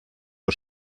nur